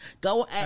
go